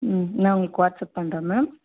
ம் நான் உங்களுக்கு வாட்ஸப் பண்ணுறேன் மேம்